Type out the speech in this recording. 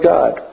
God